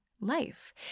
life